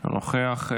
אינו נוכח.